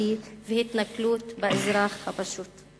חברתי והתנכלות לאזרח הפשוט.